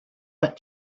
that